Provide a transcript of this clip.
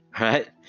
right